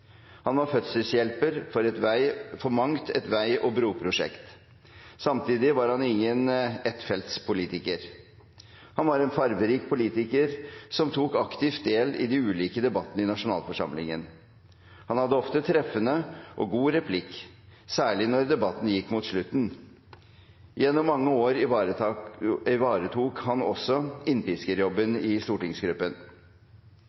Han var fødselshjelper for mangt et vei- og broprosjekt. Samtidig var han ingen ettfeltspolitiker. Han var en fargerik politiker som tok aktivt del i de ulike debattene i nasjonalforsamlingen. Han hadde ofte en treffende og god replikk, særlig når debatten gikk mot slutten. Gjennom mange år ivaretok han også